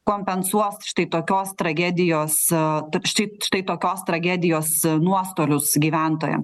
kompensuos štai tokios tragedijos o štai štai tokios tragedijos nuostolius gyventojam